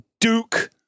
Duke